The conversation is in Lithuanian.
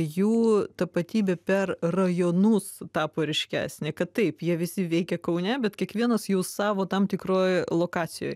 jų tapatybė per rajonus tapo ryškesnė kad taip jie visi veikia kaune bet kiekvienas jų savo tam tikroj lokacijoj